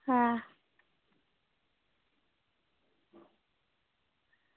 हां